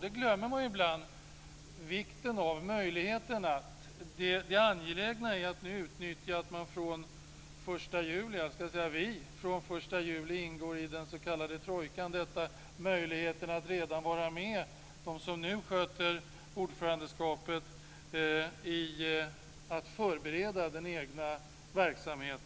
Man glömmer ibland vikten av, möjligheten och det angelägna i att nu utnyttja att vi från den 1 juli ingår i den s.k. trojkan. Det ger möjlighet att redan nu vara med dem som nu sköter ordförandeskapet i att förbereda den egna verksamhet